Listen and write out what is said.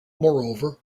moreover